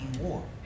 war